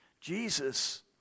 Jesus